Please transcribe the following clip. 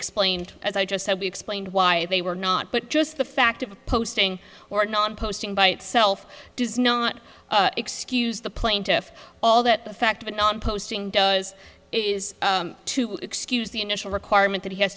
explained as i just explained why they were not but just the fact of a posting or a non posting by itself does not excuse the plaintiffs all that the fact of anon posting does is to excuse the initial requirement that he has